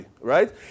right